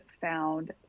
found